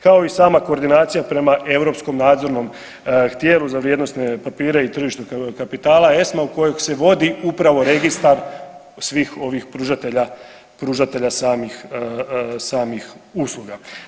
Kao i sama koordinacija prema europskom nadzornom tijelu za vrijednosne papire i tržište kapitala ESMA u kojeg se vodi upravo registar svih ovih pružatelja samih usluga.